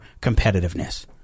competitiveness